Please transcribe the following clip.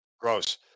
Gross